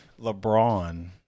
LeBron –